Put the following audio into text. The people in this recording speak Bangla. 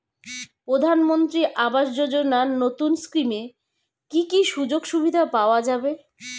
প্রধানমন্ত্রী আবাস যোজনা নতুন স্কিমে কি কি সুযোগ সুবিধা পাওয়া যাবে?